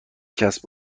کسب